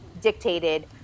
dictated